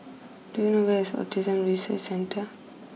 do you know where is Autism Resource Centre